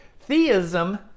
Theism